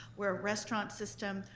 we're a restaurant system,